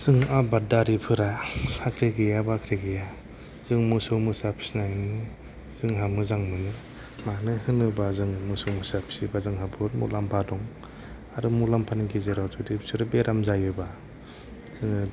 जों आबादारिफोरा साख्रि गैया बाख्रि गैया जों मोसौ मोसा फिसिनानैनो जोंहा मोजां मोनो मानो होनोबा जों मोसौ मोसा फिसियोब्ला जोंहा बहुथ मुलाम्फा दं आरो मुलाम्फानि गेजेराव जुदि बिसोर बेराम जायोबा जोङो